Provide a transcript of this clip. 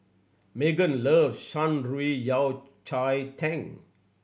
Meggan love Shan Rui Yao Cai Tang